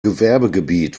gewerbegebiet